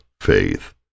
faith